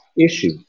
issue